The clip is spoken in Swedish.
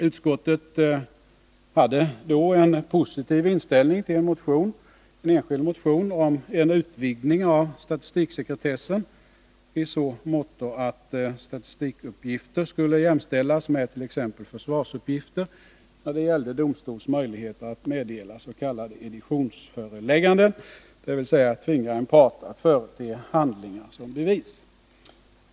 Utskottet hade då en positiv inställning till en enskild motion om en utvidgning av statistiksekretessen i så måtto att statistikuppgifter skulle jämställas med t.ex. försvarsuppgifter när det gällde domstols möjligheter att meddela s.k. editionsföreläggande, dvs. tvinga en part att förete handlingar som bevis.